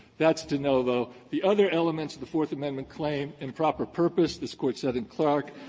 that's de novo. the other element of the fourth amendment claim in proper purpose, this court said in clark,